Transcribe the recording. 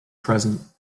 present